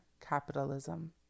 capitalism